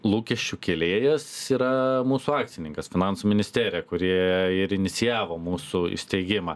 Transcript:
lūkesčių kėlėjas yra mūsų akcininkas finansų ministerija kurie ir inicijavo mūsų įsteigimą